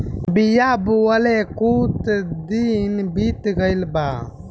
बिया बोवले कुछ दिन बीत गइल बा